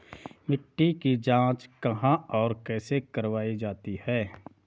मिट्टी की जाँच कहाँ और कैसे करवायी जाती है?